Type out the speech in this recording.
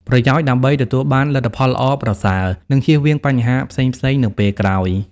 ប្រយោជន៍ដើម្បីទទួលបានលទ្ធផលល្អប្រសើរ និងជៀសវាងបញ្ហាផ្សេងៗនៅពេលក្រោយ។